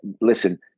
listen